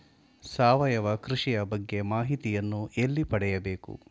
ಸಾವಯವ ಕೃಷಿಯ ಬಗ್ಗೆ ಮಾಹಿತಿಯನ್ನು ಎಲ್ಲಿ ಪಡೆಯಬೇಕು?